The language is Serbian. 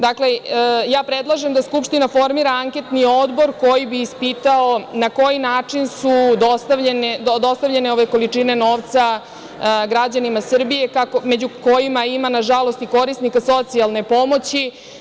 Dakle, predlažem da Skupština formira anketni odbor koji bi ispitao na koji način su dostavljene ove količine novca građanima Srbije među kojima ima, nažalost, i korisnika socijalne pomoći.